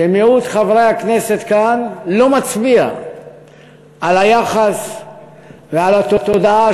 שמיעוט חברי הכנסת כאן לא מצביע על היחס ועל התודעה